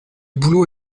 boulot